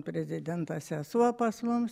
prezidento sesuo pas mums